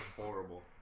horrible